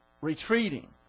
retreating